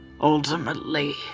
Ultimately